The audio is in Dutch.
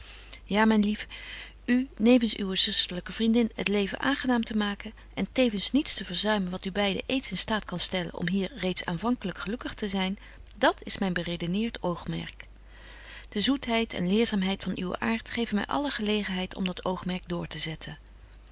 ja myn lief u nevens uwe zusterlyke vriendin het leven aangenaam te maken en tevens niets te verzuimen wat u beide eens in staat kan stellen om hier reeds aanvankelyk gelukkig te zyn dat is myn beredeneert oogmerk de zoetheid en leerzaamheid van uwen aart geven my alle gelegenheid om dat oogmerk door te zetten